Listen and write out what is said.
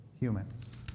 humans